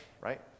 right